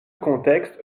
contexte